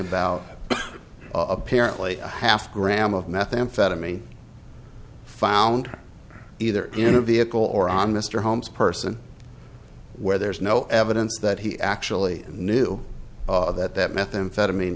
about apparently a half gram of methamphetamine found either in a vehicle or on mr holmes person where there's no evidence that he actually knew that that methamphetamine